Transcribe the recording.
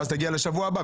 ואז תגיע לשבוע הבא.